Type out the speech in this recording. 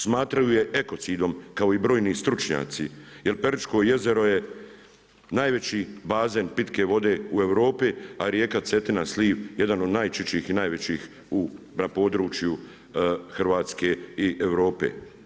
Smatraju je ekocidom kao i brojni stručnjaci jer Peručko jezero je najveći bazen pitke vode u Europi a rijeka Cetina sliv jedan od najčistijih i najvećih na području Hrvatske i Europe.